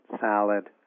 salad